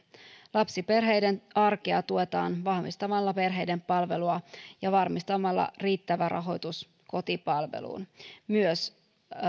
lapsiperheiden arkea tuetaan varmistamalla perheiden palvelua ja varmistamalla riittävä rahoitus kotipalveluun myös